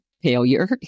failure